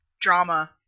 drama